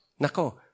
Nako